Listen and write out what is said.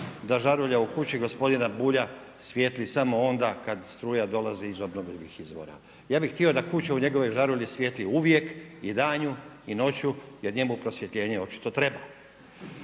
da žarulja u kući gospodina Bulja svijetli samo onda kad struja dolazi iz obnovljivih izvora. Ja bih htio da kuća u njegovoj žarulji svijetli uvijek i danju i noću jer njemu prosvjetljenje očito treba.